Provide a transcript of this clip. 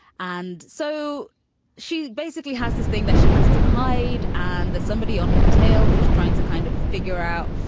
and so she basically has this thing that she has to hide. and there's somebody on her tail who's trying to kind of figure out,